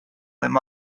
him